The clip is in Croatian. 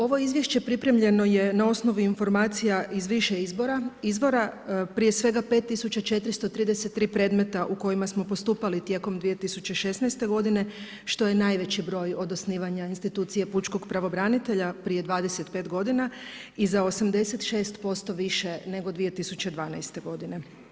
Ovo izvješće pripremljeno je na osnovi informacija iz više izvora, prije svega 5433 predmeta u kojima smo postupali tijekom 2016. godine što je najveći broj od osnivanja institucije pučkog pravobranitelja prije 25 godina i za 86% više nego 2012. godine.